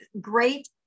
great